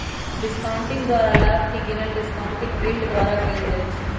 discounting द्वारा लाभ के गिनल डिस्काउंटिंग यील्ड द्वारा कएल जाइ छइ